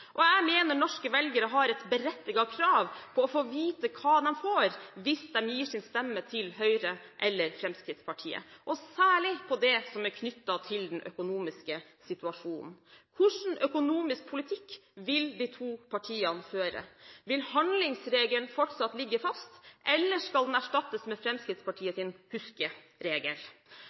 Jeg mener at norske velgere har et berettiget krav på å få vite hva de får hvis de gir sin stemme til Høyre eller Fremskrittspartiet – særlig med tanke på det som er knyttet til den økonomiske situasjonen. Hva slags økonomisk politikk vil de to partiene føre? Vil handlingsregelen fortsatt ligge fast, eller skal den erstattes med